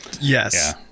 Yes